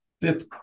Fifth